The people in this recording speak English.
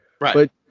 right